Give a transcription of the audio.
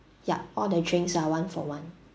ya all the drinks are one-for-one